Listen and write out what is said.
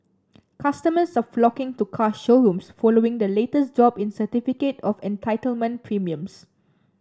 customers are flocking to car showrooms following the latest drop in certificate of entitlement premiums